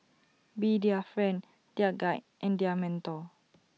be their friend their guide and their mentor